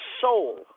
soul